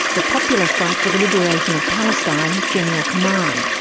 the popular front for the liberation of palestine, general command,